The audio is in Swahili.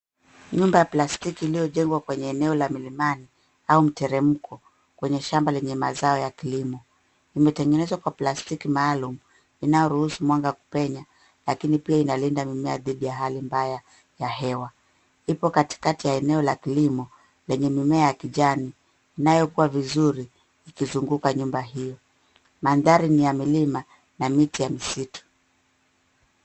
Nyumba ya plastiki iliyojengwa kwenye eneo la milimani au mteremko kwenye shamba lenye mazao ya kilimo imetengenezwa kwa plastiki maalum inayoruhusu mwanga kupenya lakini pia inalinda mimea dhidi ya hali mbaya ya hewa. Ipo katikati ya eneo la kilimo lenye mimea ya kijani inayo kuwa vizuri ikizunguka nyumba hiyo. Mandhari ni ya milima na miti ya misitu.